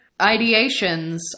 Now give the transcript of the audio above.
ideations